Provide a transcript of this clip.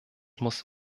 muss